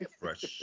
Fresh